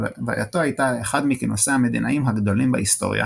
והלווייתו הייתה לאחד מכינוסי המדינאים הגדולים בהיסטוריה.